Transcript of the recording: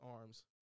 arms